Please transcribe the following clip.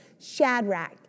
Shadrach